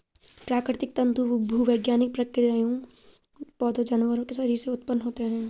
प्राकृतिक तंतु भूवैज्ञानिक प्रक्रियाओं, पौधों, जानवरों के शरीर से उत्पन्न होते हैं